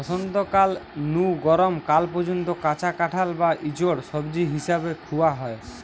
বসন্তকাল নু গরম কাল পর্যন্ত কাঁচা কাঁঠাল বা ইচোড় সবজি হিসাবে খুয়া হয়